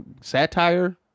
satire